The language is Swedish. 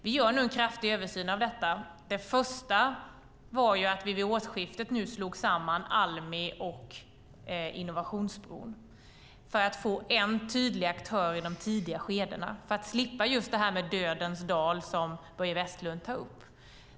Vi gör nu en kraftig översyn av frågan. Det första var att vi vid årsskiftet slog samman Almi och Innovationsbron för att få en tydlig aktör i de tidiga skedena, för att slippa "dödens dal", som Börje Vestlund tog upp.